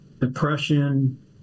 depression